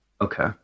Okay